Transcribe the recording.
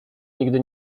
nigdy